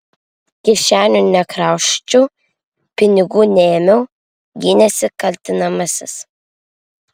kišenių nekrausčiau pinigų neėmiau gynėsi kaltinamasis